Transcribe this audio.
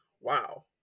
wow